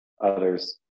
Others